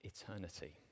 eternity